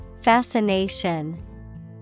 Fascination